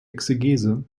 exegese